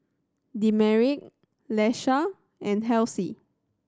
Demetric Iesha and Halsey